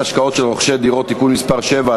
השקעות של רוכשי דירות) (תיקון מס' 7),